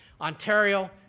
Ontario